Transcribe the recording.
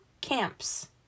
camps